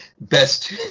best